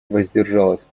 воздержалась